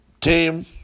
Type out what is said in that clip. team